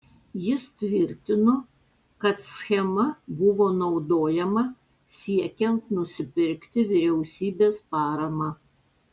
jis tvirtino kad schema buvo naudojama siekiant nusipirkti vyriausybės paramą